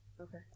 Okay